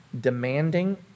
demanding